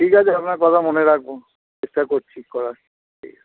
ঠিক আছে আপনার কথা মনে রাখবো চেষ্টা করছি করার ঠিক আছে